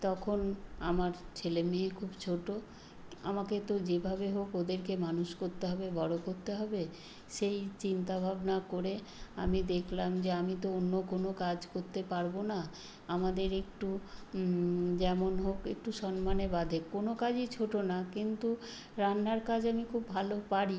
তখন আমার ছেলে মেয়ে খুব ছোট আমাকে তো যেভাবে হোক ওদেরকে মানুষ করতে হবে বড় করতে হবে সেই চিন্তাভাবনা করে আমি দেখলাম যে আমি তো অন্য কোনও কাজ করতে পারবো না আমাদের একটু যেমন হোক একটু সম্মানে বাঁধে কোনও কাজই ছোট না কিন্তু রান্নার কাজ আমি খুব ভালো পারি